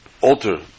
alter